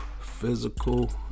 physical